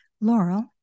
Laurel